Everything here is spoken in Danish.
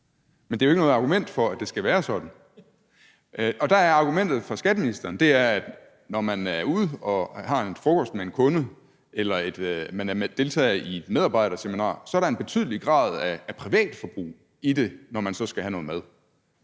men det er jo ikke noget argument for, at det skal være sådan. Argumentet fra skatteministeren er, at når man er ude at spise frokost med en kunde eller man deltager i et medarbejderseminar og skal have noget mad, så er der en betydelig grad af privatforbrug i det. Der er åbenbart en